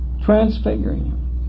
Transfiguring